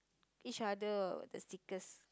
each other the stickers